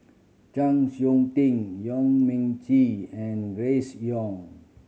Chng Seok Tin Yong Men Chee and Grace Young